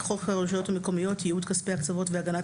חוק הרשויות המקומיות (ייעוד כספי הקצבות והגנת